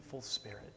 spirit